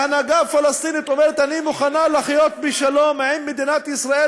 ההנהגה הפלסטינית אומרת: אני מוכנה לחיות בשלום עם מדינת ישראל